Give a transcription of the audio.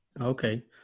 Okay